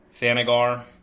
Thanagar